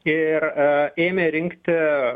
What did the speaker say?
ir ėmė rinkti